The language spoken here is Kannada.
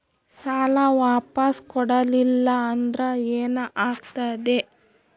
ಸಾಲ ವಾಪಸ್ ಕೊಡಲಿಲ್ಲ ಅಂದ್ರ ಏನ ಆಗ್ತದೆ?